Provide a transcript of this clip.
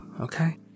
okay